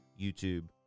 YouTube